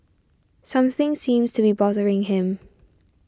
something seems to be bothering him